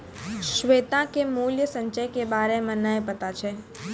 श्वेता के मूल्य संचय के बारे मे नै पता छै